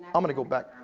i'm gonna go back.